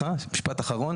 ומשפט אחרון